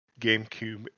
GameCube